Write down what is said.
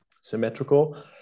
symmetrical